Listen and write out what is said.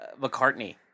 McCartney